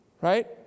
Right